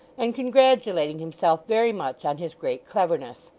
and congratulating himself very much on his great cleverness.